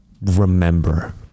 remember